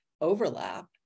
overlap